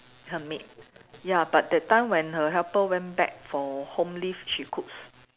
her maid ya but that time when her helper went back for home leave she cooks